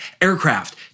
aircraft